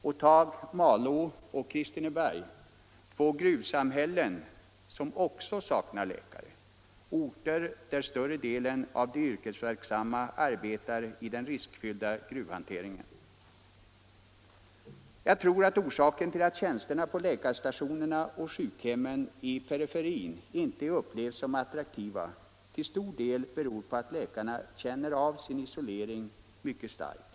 Och tag Malå och Kristineberg, två gruvsamhällen som också saknar läkare, orter där större delen av de yrkesverksamma arbetar i den riskfyllda gruvhanteringen. Jag tror att det förhållandet, att tjänsterna på läkarstationerna och på sjukhemmen ute i periferin inte upplevs som attraktiva, till stor del beror på att läkarna känner av sin isolering mycket starkt.